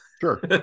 sure